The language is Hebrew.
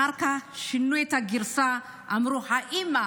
אחר כך שינו את הגרסה, אמרו: האימא